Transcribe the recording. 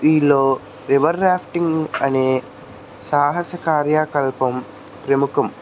వీలో river rafting అనే సహస కార్యాకల్పం ప్రముఖం